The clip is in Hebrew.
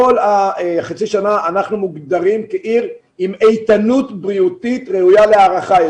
כל חצי שנה אנחנו מוגדרים כעיר עם איתנות בריאותית ראויה להערכה,